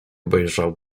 obejrzał